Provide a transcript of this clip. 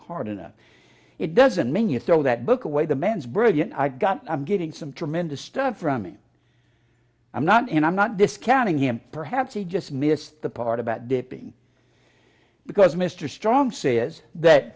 hard enough it doesn't mean you throw that book away the man's brilliant i got i'm getting some tremendous stuff from me i'm not and i'm not discounting him perhaps he just missed the part about dipping because mr strong see is that